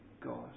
God